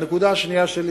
הנקודה השנייה שלי